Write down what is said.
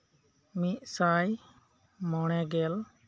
ᱢᱤᱫᱽ ᱥᱟᱭ ᱢᱚᱬᱮᱜᱮᱞ